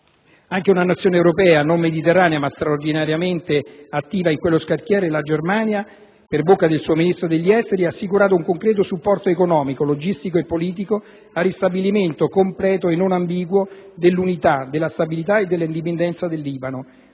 Anche una Nazione europea non mediterranea, ma straordinariamente attiva in quello scacchiere, la Germania, per bocca del suo Ministro degli esteri, ha assicurato un concreto supporto economico, logistico e politico al ristabilimento completo, e non ambiguo, dell'unità, della stabilità e della indipendenza del Libano.